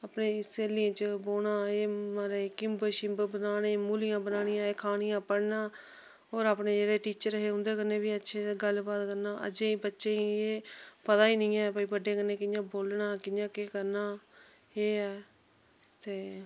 अपनी स्हेलियें च बौह्ना एह् म्हाराज किम्ब शिम्ब बनाने मूलियां बनानियां एह् खानियां पढ़ना और अपने जेह्ड़े टीचर हे उं'दे कन्नै बी अच्छी तरह् गल्लबात करना अज्जे दे बच्चें गी एह् पता गै नेईं ऐ भाई बड्डें कन्नै कि'यां बोलना कि'यां केह् करना एह् ऐ ते